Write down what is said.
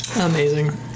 Amazing